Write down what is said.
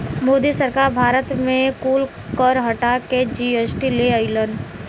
मोदी सरकार भारत मे कुल कर हटा के जी.एस.टी ले अइलन